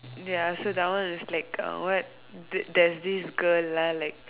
ya so that one is like uh what there is this girl lah like